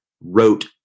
wrote